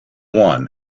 one